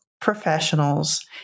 professionals